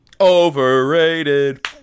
overrated